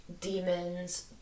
demons